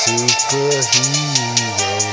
Superhero